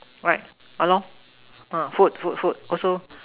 right lah food food food also